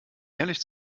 ehrlich